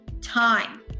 time